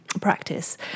practice